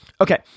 Okay